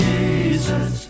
Jesus